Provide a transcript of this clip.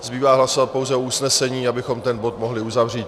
Zbývá hlasovat pouze usnesení, abychom ten bod mohli uzavřít.